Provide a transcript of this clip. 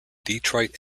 detroit